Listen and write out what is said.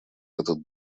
этот